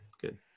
good